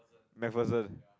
MacPherson